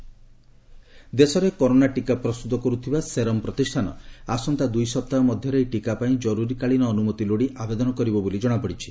corona vaccine ଦେଶରେ corona ଟୀକା ପ୍ରସ୍ତୁତ କରୁଥିବା ଶେରମ୍ ପ୍ରତିଷ୍ଠାନ ଆସନ୍ତା ଦ୍ରଇ ସପ୍ତାହ ମଧ୍ୟରେ ଏହି ଟୀକା ପାଇଁ ଜର୍ରରୀକାଳୀନ ଅନ୍ରମତି ଲୋଡ଼ି ଆବେଦନ କରିବ ବୋଲି ଜଣାପଡ଼ିଛି